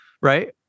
right